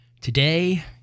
Today